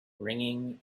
ringing